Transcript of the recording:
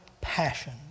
passion